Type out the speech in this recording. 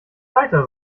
weiter